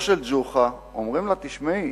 מגיעים אנשים לאשתו של ג'וחא ואומרים לה: תשמעי,